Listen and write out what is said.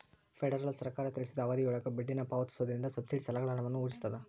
federal ಸರ್ಕಾರ ತಿಳಿಸಿದ ಅವಧಿಯೊಳಗ ಬಡ್ಡಿನ ಪಾವತಿಸೋದ್ರಿಂದ ಸಬ್ಸಿಡಿ ಸಾಲಗಳ ಹಣವನ್ನ ಉಳಿಸ್ತದ